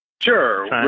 Sure